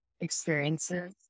experiences